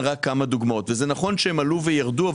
זה נכון שחומרי גלם עלו וירדו,